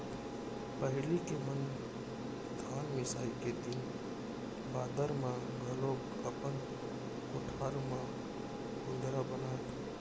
पहिली के मन धान मिसाई के दिन बादर म घलौक अपन कोठार म कुंदरा बनावयँ